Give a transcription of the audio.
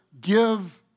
give